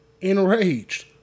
enraged